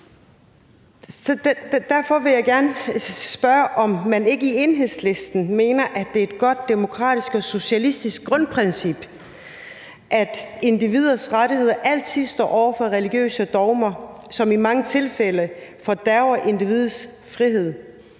Derfor vil jeg gerne spørge, om man ikke i Enhedslisten mener, at det er et godt demokratisk og socialistisk grundprincip, at individets rettigheder altid står over religiøse dogmer, som i mange tilfælde fordærver individets frihed.